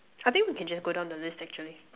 I think we can just go down the list actually